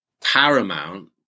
paramount